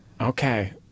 okay